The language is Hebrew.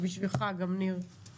יש